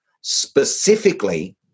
specifically